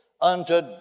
unto